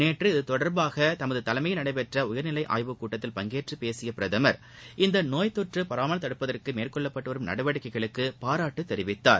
நேற்று இது தொடர்பாக தமது தலைமையில் நடைபெற்ற உயர்நிலை ஆய்வுக் கூட்டத்தில் பங்கேற்றுப் பேசிய பிரதமர் இந்த நோய்த் தொற்று பரவாமல் தடுப்பதற்கு மேற்கொள்ளப்பட்டு வரும் நடவடிக்கைகளுக்கு பாராட்டு தெரிவித்தார்